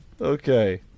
okay